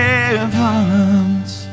heavens